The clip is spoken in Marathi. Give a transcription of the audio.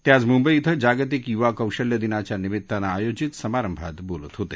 ते आज मुंबई इथं जागतिक युवा कौशल्यदिनाच्या निमित्तानं आयोजीत समारंभात बोलत होते